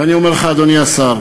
ואני אומר לך, אדוני השר,